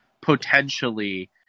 potentially